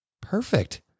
perfect